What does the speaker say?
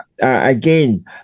again